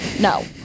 no